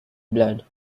blood